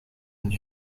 and